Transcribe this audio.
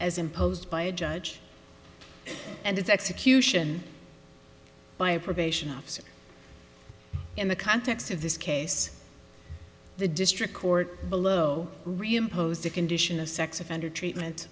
as imposed by a judge and its execution by a probation officer in the context of this case the district court below reimposed a condition of sex offender treatment